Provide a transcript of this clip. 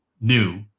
new